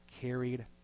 carried